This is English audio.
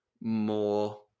more